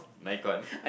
Mengcon